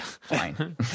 fine